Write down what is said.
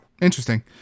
interesting